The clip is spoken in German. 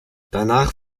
danach